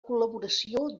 col·laboració